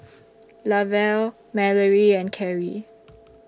Lavelle Mallory and Kerry